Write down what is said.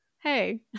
Hey